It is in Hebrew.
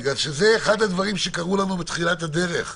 בוועדת החוקה,